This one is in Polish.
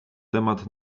temat